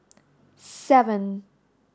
seven